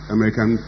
American